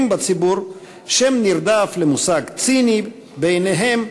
בציבור שם נרדף למושג ציני בעיניהם,